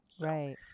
Right